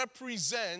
represent